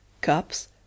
cups